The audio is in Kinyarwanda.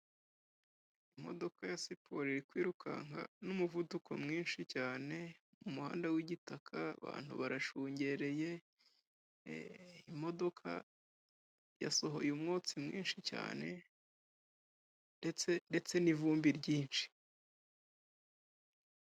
Imodoka ya siporo irikwirukanka n'umuvuduko mwinshi cyane mu muhanda wigitaka abantu barashungereye imodoka yasohoye umwotsi mwinshi cyane ndetse ndetse n'ivumbi ryinshi.